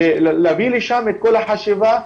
להביא לשם את כל החשיבה,